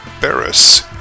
Barris